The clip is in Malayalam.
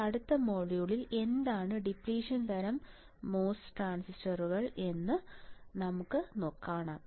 ഇപ്പോൾ അടുത്ത മൊഡ്യൂളിൽ എന്താണ് ഡിപ്ലിഷൻ തരം മോസ് ട്രാൻസിസ്റ്റർ എന്ന് നമുക്ക് കാണാം